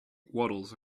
waddles